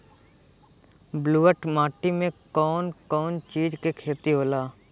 ब्लुअट माटी में कौन कौनचीज के खेती होला?